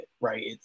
Right